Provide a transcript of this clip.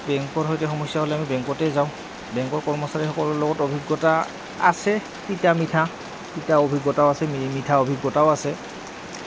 বেংকৰ সৈতে সমস্যা হ'লে আমি বেংকতেই যাওঁ বেংকৰ কৰ্মচাৰীসকলৰ লগত অভিজ্ঞতা আছে তিতা মিঠা তিতা অভিজ্ঞতাও আছে মিঠা অভিজ্ঞতাও আছে